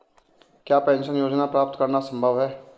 क्या पेंशन योजना प्राप्त करना संभव है?